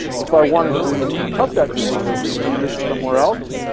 if i wanted to cut that visualization and use it somewhere else,